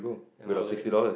and I order it